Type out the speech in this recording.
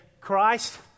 Christ